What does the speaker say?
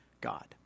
God